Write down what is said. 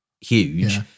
huge